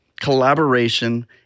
collaboration